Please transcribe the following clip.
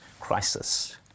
crisis